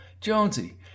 Jonesy